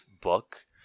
book